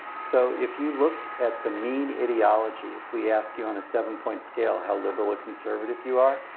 so, if you looked at the mean ideology, if we ask you on a seven point scale how liberal a conservative you are,